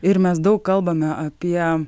ir mes daug kalbame apie